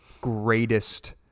greatest